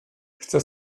chcę